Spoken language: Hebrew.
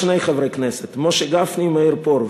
שני חברי כנסת: משה גפני ומאיר פרוש.